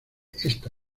esta